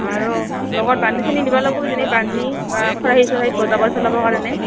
আৰু লগত নিব লাগিব কিজানি বাঢ়নী বা খৰাহি চৰাহী জাবৰ পেলাবৰ কাৰণে